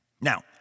Now